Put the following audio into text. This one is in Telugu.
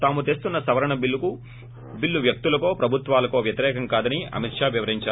తాము తెస్తున్న సవరణల బిల్లు వ్యక్తులకో ప్రభుత్వాలకో వ్యతిరేకం కాదని అమిత్ షా వివరించారు